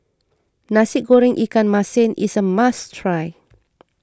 Nasi Goreng Ikan Masin is a must try